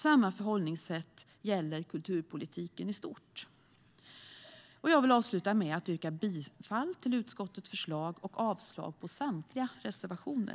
Samma förhållningssätt gäller i kulturpolitiken i stort. Jag vill avsluta med att yrka bifall till utskottets förslag och avslag på samtliga reservationer.